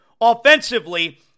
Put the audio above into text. offensively